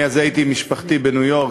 אני אז הייתי עם משפחתי בניו-יורק,